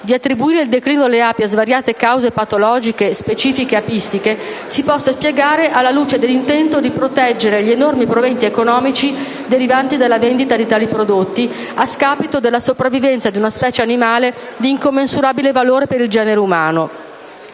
di attribuire il declino delle api a svariate cause patologiche specifiche apistiche si possa spiegare alla luce dell'intento di proteggere gli enormi proventi economici derivanti dalla vendita di tali prodotti, a scapito della sopravvivenza di una specie animale di incommensurabile valore per il genere umano.